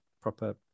proper